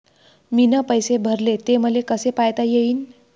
मीन पैसे भरले, ते मले कसे पायता येईन?